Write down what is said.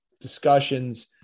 discussions